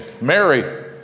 Mary